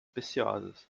preciosas